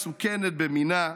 / איזו ממשלה מסוכנת במינה.